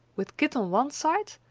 with kit on one side,